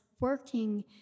working